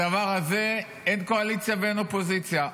בדבר הזה אין קואליציה ואין אופוזיציה.